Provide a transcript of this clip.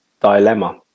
dilemma